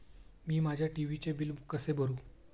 मी माझ्या टी.व्ही चे बिल कसे भरू?